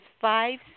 five